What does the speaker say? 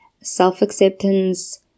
self-acceptance